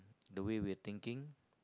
the way we're thinking